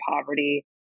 poverty